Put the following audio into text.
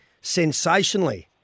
sensationally